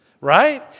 Right